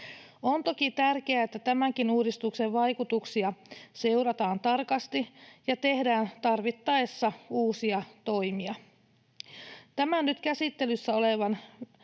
On toki tärkeää, että tämänkin uudistuksen vaikutuksia seurataan tarkasti ja tehdään tarvittaessa uusia toimia. Tämän nyt käsittelyssä olevan